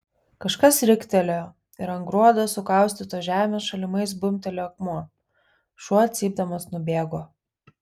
kažkas riktelėjo ir ant gruodo sukaustytos žemės šalimais bumbtelėjo akmuo šuo cypdamas nubėgo